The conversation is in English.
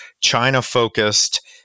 China-focused